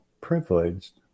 privileged